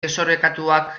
desorekatuak